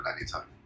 anytime